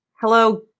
Hello